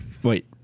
Wait